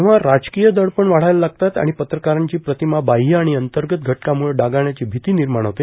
जेव्हा राजकीय दडपण वाढायला लागतात आणि पत्रकारांची प्रतिमा बाहय आणि अंतर्गत घटकांम्ळं डागाळण्याची भीती निर्माण होते